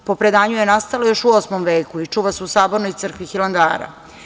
Po predanju je nastala još u 8. veku i čuva se u Sabornoj crkvi Hilandara.